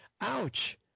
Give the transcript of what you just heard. ouch